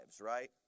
right